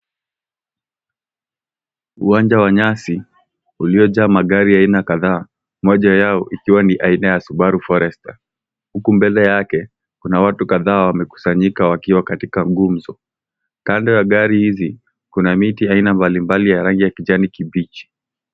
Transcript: Uwanja wa nyasi, uliojaa magari ya aina kadhaa, moja yao ikiwa ni aina ya Subaru Forestor, huku mbele yake kuna watu kadhaa wamekusanyika wakiwa katika gumzo. Kando ya gari hizi kuna miti aina mbalimbali ya rangi ya kijani kibichi.